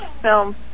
film